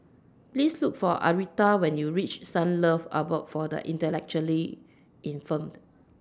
Please Look For Aretha when YOU REACH Sunlove Abode For The Intellectually Infirmed